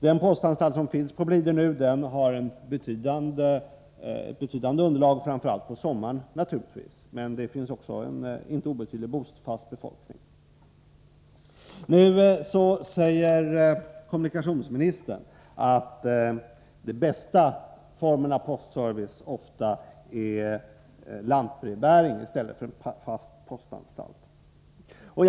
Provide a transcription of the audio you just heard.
Den postanstalt som nu finns på Blidö har ett betydande underlag, naturligtvis framför allt på sommaren, men det finns EDS AR ka Om postverkets också en inte or ety ig ofast befolkning. E service i skärgårds Kommunikationsministern säger nu att den bästa formen av postservice områden ofta är lantbrevbäring i stället för en fast postanstalt.